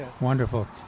wonderful